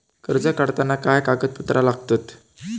कर्ज काढताना काय काय कागदपत्रा लागतत?